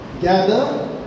Gather